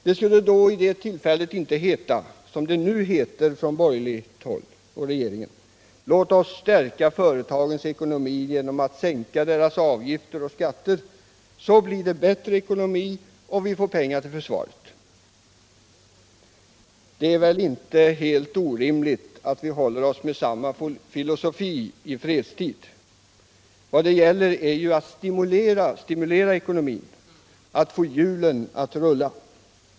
Det skulle då inte heta, som det nu gör, från den borgerliga regeringens sida: Låt oss stärka företagens ekonomi genom att sänka deras avgifter och skatter, för att vi skall få en bättre ekonomi och mer pengar till försvaret. Det är väl inte helt orimligt att hålla sig med samma filosofi i fredstid. Det gäller ju att stimulera ekonomin, att få hjulen att rulla.